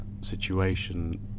situation